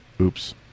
oops